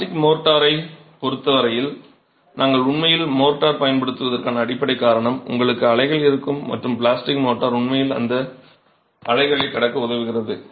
plastic மோர்டாரைப் பொறுத்த வரையில் நாங்கள் உண்மையில் மோர்டார் பயன்படுத்துவதற்கான அடிப்படைக் காரணம் உங்களுக்கு அலைகள் இருக்கும் மற்றும் பிளாஸ்டிக் மோர்டார் உண்மையில் அந்த அலைகளை கடக்க உதவுகிறது